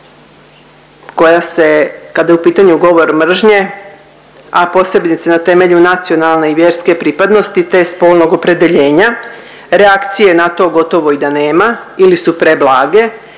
koja se kada je u pitanju govor mržnje, a posebice na temelju nacionalne i vjerske pripadnosti te spolnog opredjeljenja. Reakcije na to gotovo i da nema ili su preblage,